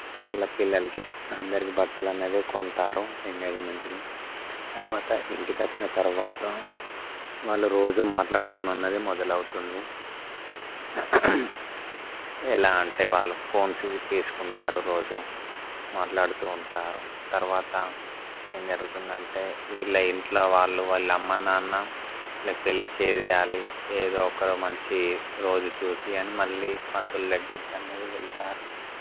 వాళ్ళ పిల్లలకి అందరికి బట్టలు అన్నది కొంటారు ఎంగేజ్మెంట్కి తర్వాత ఇంటికి వచ్చిన తర్వాత వాళ్ళు రోజు మాట్లాడుకున్న వున్నది మొదలవుతుంది ఎలా అంటే వాళ్ళు ఫోన్స్ చేసుకుంటారు రోజు మాట్లాడుతు ఉంటారు తర్వాత ఏం జరుగుతుంది అంటే వీళ్ళ ఇంట్లో వాళ్ళు వాళ్ళ అమ్మ నాన్న ఇలా పెళ్ళి చేయాలి ఏదో ఒక మంచి రోజు చూసి అని మళ్ళీ పంతులు దగ్గర అన్నది వెళ్తారు